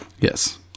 Yes